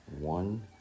one